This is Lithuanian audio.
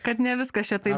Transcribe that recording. kad ne viskas čia taip